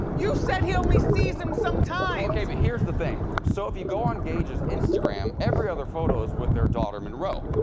you said he only sees him sometimes. well, okay, but here's the thing. so if you go on gage's instagram, every other photo is with their daughter monroe.